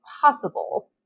possible